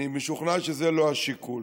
ואני משוכנע שזה לא השיקול,